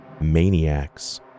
maniacs